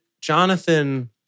Jonathan